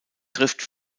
trifft